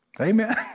Amen